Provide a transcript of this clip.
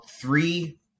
three